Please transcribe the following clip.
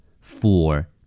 four